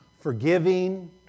forgiving